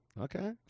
Okay